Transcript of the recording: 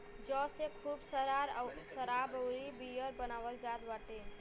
जौ से खूब शराब अउरी बियर बनावल जात बाटे